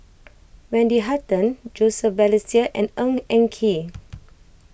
Wendy Hutton Joseph Balestier and Ng Eng Kee